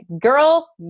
girl